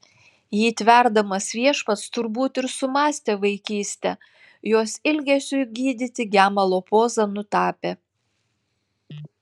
jį tverdamas viešpats turbūt ir sumąstė vaikystę jos ilgesiui gydyti gemalo pozą nutapė